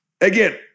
Again